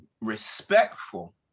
respectful